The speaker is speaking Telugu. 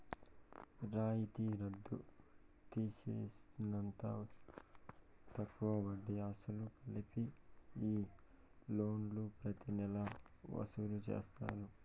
రాయితీ రద్దు తీసేసినంత తక్కువ వడ్డీ, అసలు కలిపి ఈ లోన్లు ప్రతి నెలా వసూలు చేస్తారు